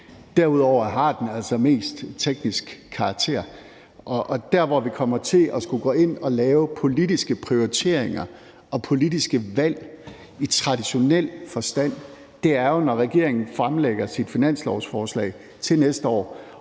Derudover har den altså mest teknisk karakter, og der, hvor vi kommer til at skulle gå ind og lave politiske prioriteringer og politiske valg i traditionel forstand, er jo, når regeringen fremlægger sit finanslovsforslag til næste år.